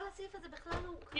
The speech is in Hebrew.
כל הסעיף הזה בכלל לא הוקרא.